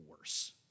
worse